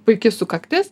puiki sukaktis